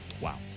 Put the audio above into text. Wow